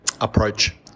approach